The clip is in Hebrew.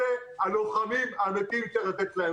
אלה הלוחמים האמיתיים שצריך לתת להם.